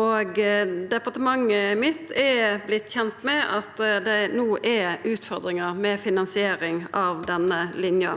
og departementet mitt har vorte kjent med at det no er utfordringar med finansiering av denne linja.